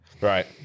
Right